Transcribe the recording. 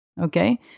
okay